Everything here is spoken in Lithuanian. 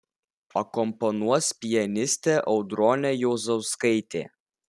akompanuos pianistė audronė juozauskaitė